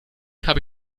habe